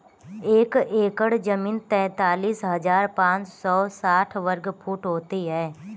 एक एकड़ जमीन तैंतालीस हजार पांच सौ साठ वर्ग फुट होती है